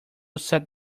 set